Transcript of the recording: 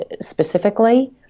specifically